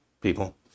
people